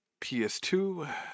PS2